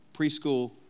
preschool